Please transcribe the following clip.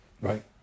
right